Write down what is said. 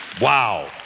Wow